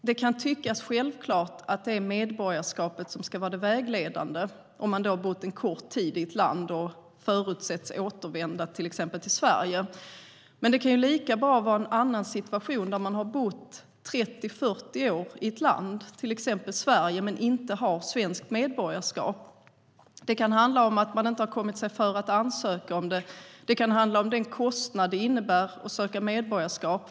Det kan tyckas självklart att det är medborgarskapet som ska vara det vägledande om man bott en kort tid i ett land och förutsätts återvända till exempelvis Sverige. Men det kan lika bra vara en annan situation, där man har bott 30-40 år i ett land, till exempel Sverige, men inte har landets medborgarskap. Det kan bero på att man inte kommit sig för att ansöka om det eller på den kostnad det innebär att söka medborgarskap.